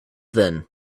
then